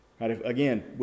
Again